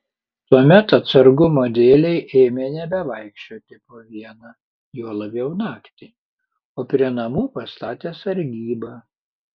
tuomet atsargumo dėlei ėmė nebevaikščioti po vieną juo labiau naktį o prie namų pastatė sargybą